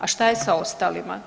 A šta je sa ostalima?